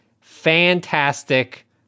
fantastic